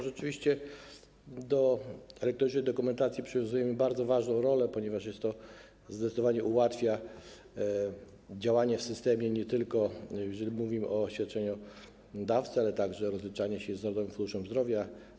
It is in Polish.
Rzeczywiście do elektronicznej dokumentacji przywiązujemy bardzo dużą wagę, ponieważ zdecydowanie ułatwia ona działanie w systemie, nie tylko jeżeli mówimy o świadczeniodawcy, ale także o rozliczaniu się z Narodowym Funduszem Zdrowia.